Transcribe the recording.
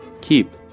Keep